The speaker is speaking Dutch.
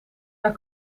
naar